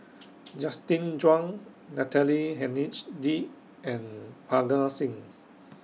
Justin Zhuang Natalie and Parga Singh